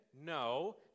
No